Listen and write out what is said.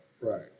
right